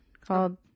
called